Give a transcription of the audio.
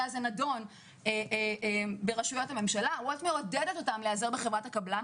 הזה נדון ברשויות הממשלה להיעזר בחברת הקבלן.